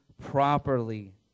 properly